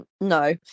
no